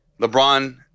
LeBron